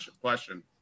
question